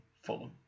Fulham